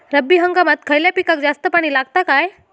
रब्बी हंगामात खयल्या पिकाक जास्त पाणी लागता काय?